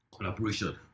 Collaboration